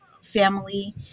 family